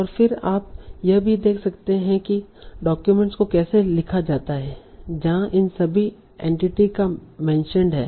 और फिर आप यह भी देख सकते हैं कि डाक्यूमेंट्स को कैसे लिखा जाता है जहां इस सभी एंटिटीस का मेंशनड है